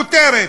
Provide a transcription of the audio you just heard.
כותרת.